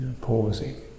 pausing